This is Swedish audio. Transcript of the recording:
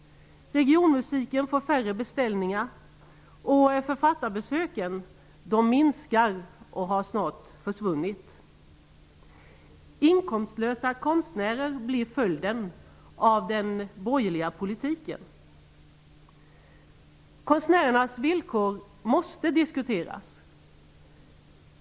Regionmusiken får färre beställningar, och författarbesöken minskar och har snart försvunnit. Följden av den borgerliga politiken blir inkomstlösa konstnärer. Konstnärernas villkor måste diskuteras.